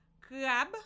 crab